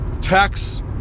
tax